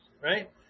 right